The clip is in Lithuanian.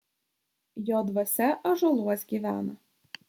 jo dvasia ąžuoluos gyvena